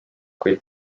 kuid